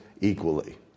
equally